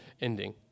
ending